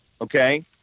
Okay